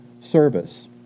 service